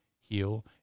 heal